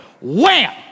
wham